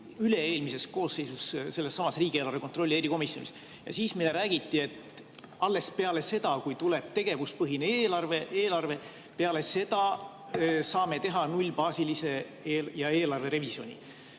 üle-eelmises koosseisus sellessamas riigieelarve kontrolli erikomisjonis, siis meile räägiti, et alles peale seda, kui tuleb tegevuspõhine eelarve, saame teha nullbaasilise [eelarve]